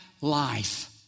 life